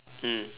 mm